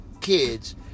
kids